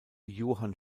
johan